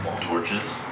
Torches